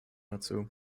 dazu